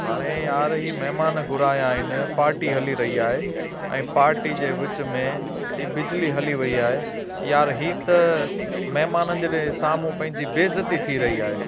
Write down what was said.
हाणे यार ई महिमान घुराया आहिनि पार्टी हली रही आहे ऐं पार्टी जे विच में ई बिजली हली वई आहे यार हीअ त महिमाननि जॾहिं साम्हूं पंहिंजी बेइज़ती थी रही आहे